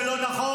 זה לא נכון.